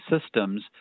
systems